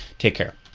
take care.